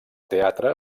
teatre